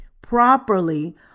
properly